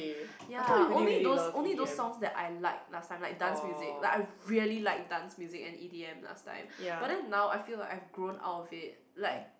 ya only those only those songs that I like last time like dance music like I really liked dance music and E_D_M last time but then now I feel like I've grown out of it like